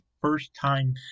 first-time